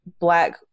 black